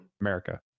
America